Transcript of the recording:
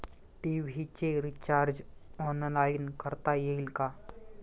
TV चे recharge online करता येईल का?